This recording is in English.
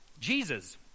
Jesus